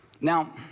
Now